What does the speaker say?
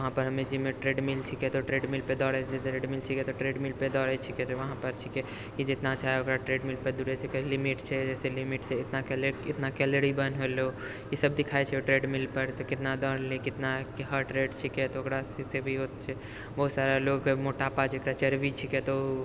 वहाँपर हमे जिममे ट्रेडमिल छिके तऽ ट्रेडमिलपर दौड़ै छियै ट्रेडमिल छिके तऽ ट्रेडमिलपर दौड़ै छिके तऽ वहाँपर छिके कि जितना चाहे ओकरा ट्रेडमिलपर दौड़ सकै छियै लिमिट छै जसे लिमिट छै इतनाके लियै तऽ इतना कैलोरी बर्न भेलो ई सब दिखाइ छै उ ट्रेडमिलपर कितना दौड़ लियै कितना हर्ट रेट छिके तऽ ओकरासँ से भी होइ छै बहुत सारा लोकके मोटापा जकरा चर्बी छिके तऽ उ